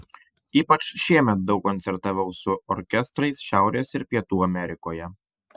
ypač šiemet daug koncertavau su orkestrais šiaurės ir pietų amerikoje